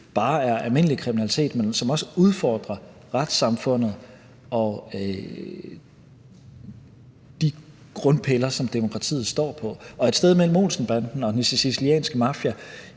ikke bare er almindelig kriminalitet, men som også udfordrer retssamfundet og de grundpiller, som demokratiet står på. Og et sted mellem Olsen-banden og den sicilianske mafia